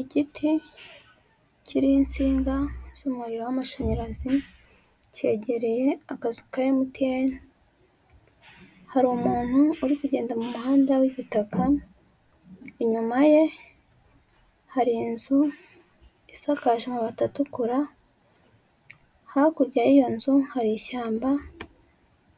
Igiti kiriho insinga z'umuriro w'amashanyarazi cyegereye akazi ka MTN, hari umuntu uri kugenda mu muhanda w'igitaka, inyuma ye hari inzu isakaje amabati atukura, hakurya y'iyo nzu hari ishyamba